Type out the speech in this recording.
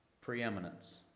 preeminence